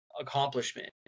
accomplishment